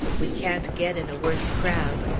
we can't get in a worse crowd!